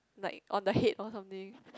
like on the head or something